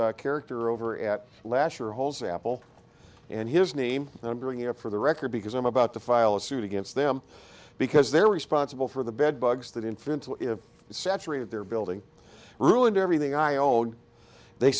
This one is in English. character over at lasher holes apple and his name and i'm doing it for the record because i'm about to file a suit against them because they're responsible for the bed bugs that infantile saturated their building ruined everything i old they